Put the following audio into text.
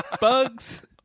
Bugs